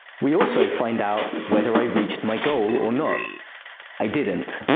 we also find out whether i reached my goal or not i didn't.